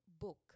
book